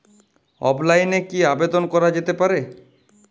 অফলাইনে কি আবেদন করা যেতে পারে?